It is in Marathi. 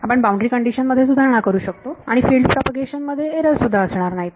आपण बाउंड्री कंडिशन मध्ये सुधारणा करू शकतो आणि फिल्ड प्रोपागेशन मध्ये एरर सुद्धा असणार नाहीत